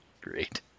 Great